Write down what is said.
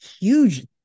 huge